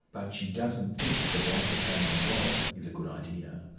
but she doesn't think the blanket ban on grog is a good idea.